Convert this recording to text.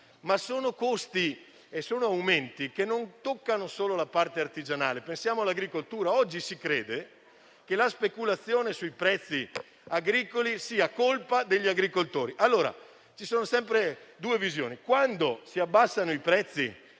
Sono costi e aumenti che non riguardano solo il settore artigianale. Pensiamo all'agricoltura, oggi si crede che la speculazione sui prezzi agricoli sia colpa degli agricoltori, ma in proposito ci sono sempre due visioni: quando si abbassano i prezzi